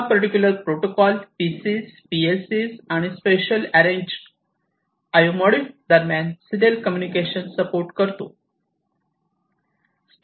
हा particular protocol PCs PLCs आणि special arrange IO module दरम्यान सिरीयल कम्युनिकेशन सपोर्ट करतो